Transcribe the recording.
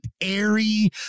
airy